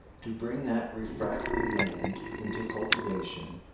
to bring that refractory land into cultivation,